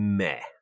meh